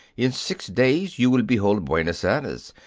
in six days you will behold buenos aires.